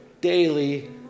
daily